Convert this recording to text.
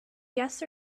yes